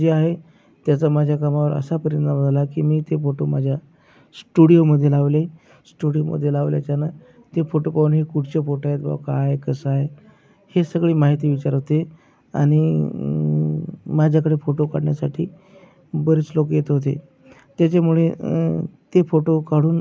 जे आहे त्याचा माझ्या कामावर असा परिणाम झाला की मी ते फोटो माझ्या स्टुडिओमध्ये लावले स्टुडिओमध्ये लावल्याच्यानं ते फोटो पाहून हे कुठचे फोटो आहेत बुवा काय आहे कसं आहे हे सगळी माहिती विचारोते आणि माझ्याकडे फोटो काढण्यासाठी बरेच लोक येत होते त्याच्यामुळे ते फोटो काढून